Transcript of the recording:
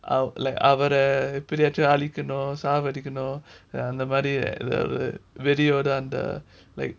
ou~ like அவரை அழிக்கணும் சாகடிக்கணும் அந்த வெறியோட அந்த:avara azhikanum sakadikanum andha verioda andha and the like